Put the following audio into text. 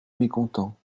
mécontents